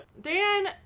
Dan